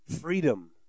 freedom